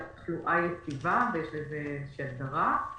שהתחלואה יציבה ויש לזה הגדרה.